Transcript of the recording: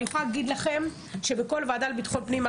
אני יכולה להגיד לכם שבכל וועדה לביטחון פנים,